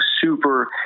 super